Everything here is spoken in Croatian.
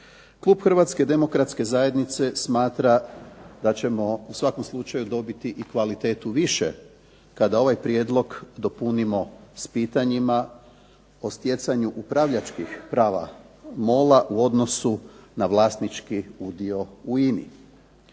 Klub Hrvatske demokratske zajednice smatra da ćemo u svakom slučaju dobiti i kvalitetu više kada ovaj prijedlog dopunimo s pitanjima o stjecanju upravljačkih prava MOL-a u odnosu na vlasnički udio u INA-i.